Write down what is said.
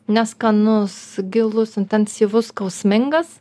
neskanus gilus intensyvus skausmingas